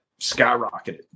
skyrocketed